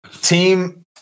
team